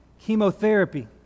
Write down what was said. chemotherapy